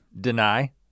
deny